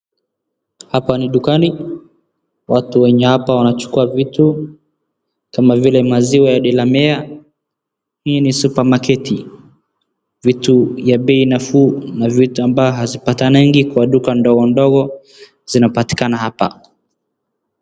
Hapa ni dukani. Watu wenye hapa wanachukua vitu kama vile maziwa ya Delamere . Hii ni supermarket . Vitu ya bei nafuu na vitu ambayo hazipatanagi kwa duka ndogo ndogo zinapatikana hapa.